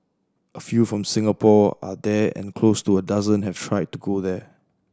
a few from Singapore are there and close to a dozen have tried to go there